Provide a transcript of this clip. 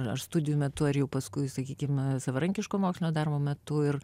ar aš studijų metu ar jau paskui sakykim savarankiško mokslinio darbo metu ir